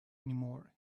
anymore